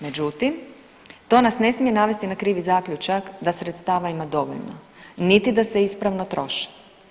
Međutim, to nas ne smije navesti na krivi zaključak da sredstava ima dovoljno niti da se ispravno troše.